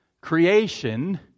creation